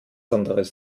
anderes